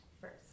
first